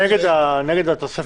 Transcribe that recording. נגד התוספת.